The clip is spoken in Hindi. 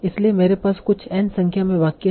इसलिए मेरे पास कुछ n संख्या में वाक्य हैं